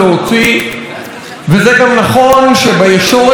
וזה גם נכון שבישורת האחרונה במאבק,